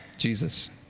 Jesus